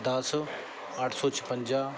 ਦਸ ਅੱਠ ਸੌ ਛਪੰਜਾ